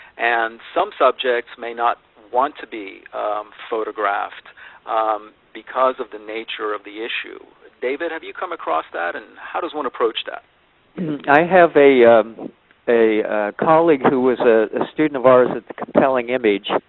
and some subjects may not want to be photographed because of the nature of the issue. david have you come across that, and how does one approach that? david i have a a colleague who was a student of ours at the compelling image,